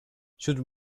should